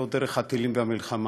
לא דרך הטילים והמלחמה.